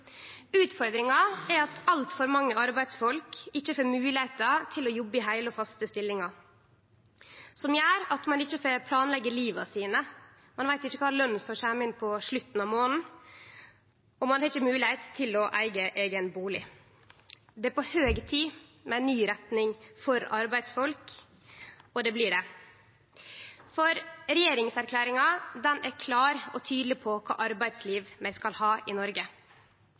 Utfordringa er at altfor mange arbeidsfolk ikkje får moglegheit til å jobbe i heile og faste stillingar, som gjer at ein ikkje får planlagt livet sitt. Ein veit ikkje kva løn som kjem inn på slutten av månaden, og ein har ikkje moglegheit til å eige eigen bustad. Det er på høg tid med ein ny retning for arbeidsfolk, og det blir det, for regjeringserklæringa er klar og tydeleg på kva slags arbeidsliv vi skal ha i Noreg.